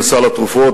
לסל התרופות.